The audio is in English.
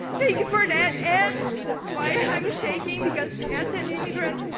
thank you for that and bye. i'm shaking because as an immigrant,